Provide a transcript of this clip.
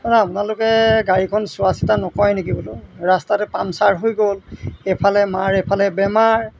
আপোনালোকে গাড়ীখন চোৱা চিতা নকৰে নেকি বোলো ৰাস্তাতে পামচাৰ হৈ গ'ল এইফালে মাৰ এইফালে বেমাৰ